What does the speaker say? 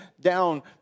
down